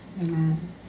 Amen